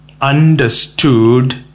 understood